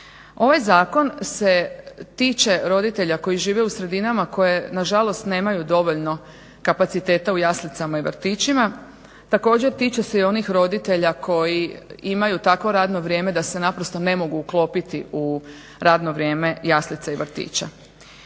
Ovaj zakon se tiče roditelja koji žive u sredinama koje na žalost nemaju dovoljno kapaciteta u jaslicama i vrtićima. Također tiče se i onih roditelja koji imaju takvo radno vrijeme da se naprosto ne mogu uklopiti u radno vrijeme jaslica i vrtića.